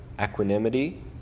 equanimity